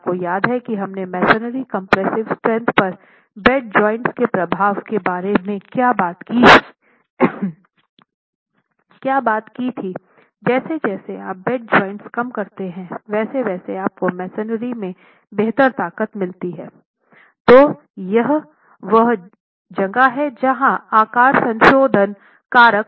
अगर आपको याद है कि हमने मेसनरी कंप्रेसिव स्ट्रैंथ पर बेड जॉइंट्स के प्रभाव के बारे में क्या बात की थी जैसे जैसे आप बेड ज्वाइंट कम करते हैं वैसे वैसे आपको मेसनरी में बेहतर ताकत मिलती है